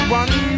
one